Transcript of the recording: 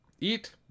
Eat